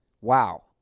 Wow